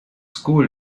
school